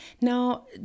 Now